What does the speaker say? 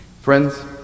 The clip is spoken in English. Friends